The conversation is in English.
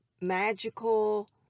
magical